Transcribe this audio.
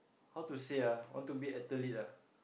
how to say ah want to be athlete ah